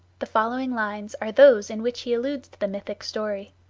the following lines are those in which he alludes to the mythic story.